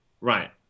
right